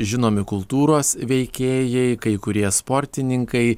žinomi kultūros veikėjai kai kurie sportininkai